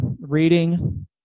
reading